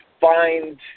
find